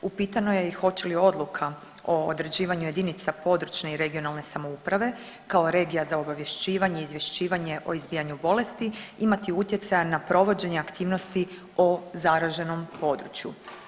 Upitano je i hoće li odluka o određivanju jedinica područne i regionalne samouprave kao regija za obavješćivanje, izvješćivanje o izbijanju bolesti imati utjecaja na provođenje aktivnosti o zaraženom području.